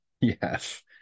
yes